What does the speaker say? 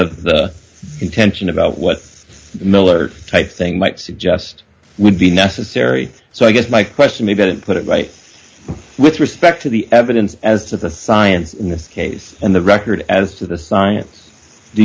trust the intention about what miller type thing might suggest would be necessary so i guess my question maybe i didn't put it right with respect to the evidence as to the science in this case and the record as to the science do